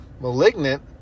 Malignant